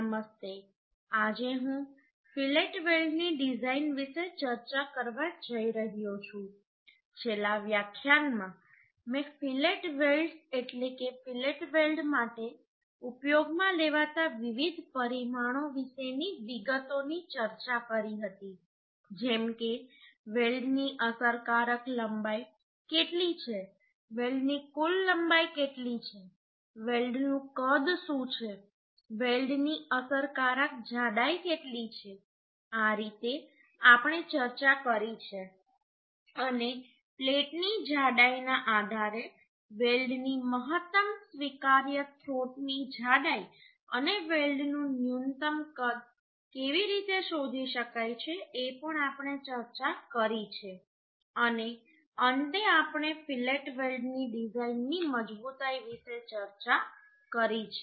નમસ્તે આજે હું ફિલેટ વેલ્ડ્સની ડિઝાઇન વિશે ચર્ચા કરવા જઈ રહ્યો છું છેલ્લા વ્યાખ્યાનમાં મેં ફિલેટ વેલ્ડ્સ એટલે કે ફિલેટ વેલ્ડ માટે ઉપયોગમાં લેવાતા વિવિધ પરિમાણો વિશેની વિગતોની ચર્ચા કરી હતી જેમ કે વેલ્ડની અસરકારક લંબાઈ કેટલી છે વેલ્ડની કુલ લંબાઈ કેટલી છે વેલ્ડનું કદ શું છે વેલ્ડની અસરકારક જાડાઈ કેટલી છે આ રીતે આપણે ચર્ચા કરી છે અને પ્લેટની જાડાઈના આધારે વેલ્ડની મહત્તમ સ્વીકાર્ય થ્રોટ ની જાડાઈ અને વેલ્ડનું ન્યૂનતમ કદ કેવી રીતે શોધી શકાય છે એ પણ આપણે ચર્ચા કરી છે અને અંતે આપણે ફિલેટ વેલ્ડની ડિઝાઇનની મજબૂતાઈ વિશે ચર્ચા કરી છે